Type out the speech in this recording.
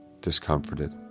discomforted